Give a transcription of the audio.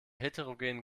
heterogenen